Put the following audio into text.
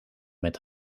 met